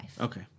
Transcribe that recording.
Okay